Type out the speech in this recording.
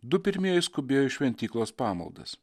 du pirmieji skubėjo į šventyklos pamaldas